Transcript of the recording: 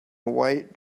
white